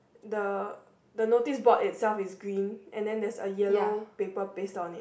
the the noticeboard itself is green and then there's a yellow paper pasted on it